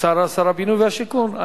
שר הבינוי והשיכון.